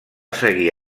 seguir